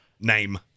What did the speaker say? Name